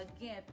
Again